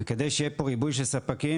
וכדי שיהיה פה ריבוי של ספקים,